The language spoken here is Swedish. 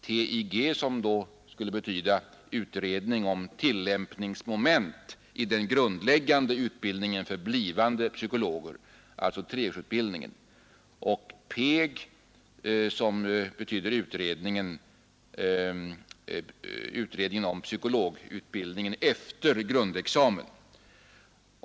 TIG betyder utredningen om tillämpningsmoment i den grundläggande utbildningen för blivande psykologer — alltså treårsutbildningen. PEG betyder utredningen om psykologutbildningen efter grundexamen.